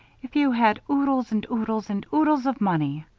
if you had oodles and oodles and oodles of money?